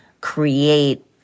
create